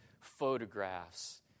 photographs